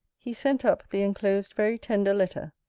he sent up the enclosed very tender letter.